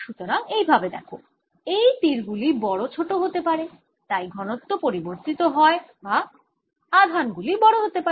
সুতরাং এই ভাবে দেখএই তীরগুলি বড় ছোট হতে পারে তাই ঘনত্ব পরিবর্তিত হয় বা আধানগুলি বড় হতে পারে